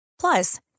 Plus